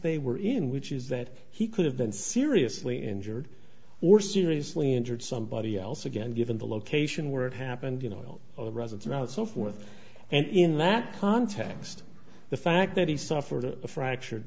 they were in which is that he could have been seriously injured or seriously injured somebody else again given the location where it happened you know residents not so forth and in that context the fact that he suffered a fractured